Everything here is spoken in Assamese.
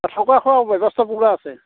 থকা খোৱা ব্যৱস্থা পূৰা আছে